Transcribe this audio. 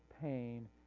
pain